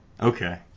Okay